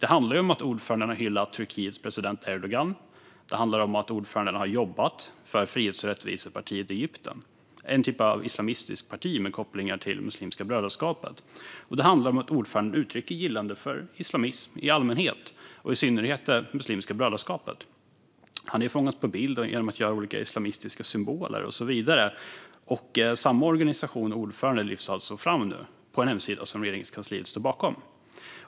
Det handlar om att ordföranden har hyllat Turkiets president Erdogan. Det handlar om att ordföranden har jobbat för Frihets och rättvisepartiet i Egypten, en typ av islamistiskt parti med kopplingar till Muslimska brödraskapet. Det handlar också om att ordföranden uttrycker gillande för islamism i allmänhet och Muslimska brödraskapet i synnerhet. Han har fångats på bild med olika islamistiska symboler och så vidare. Samma organisation och ordförande lyfts alltså fram nu på en hemsida som Regeringskansliet står bakom.